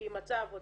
כי היא מצאה עבודה.